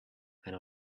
and